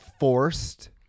forced